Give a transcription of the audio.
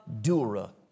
Dura